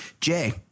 Jay